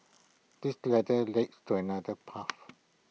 this ladder leads to another path